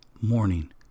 morning